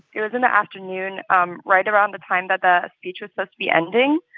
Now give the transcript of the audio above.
it was in the afternoon um right around the time that the speech was but be ending.